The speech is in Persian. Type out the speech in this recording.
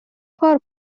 کار